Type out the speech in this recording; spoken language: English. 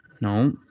No